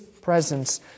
presence